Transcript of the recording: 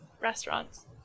restaurants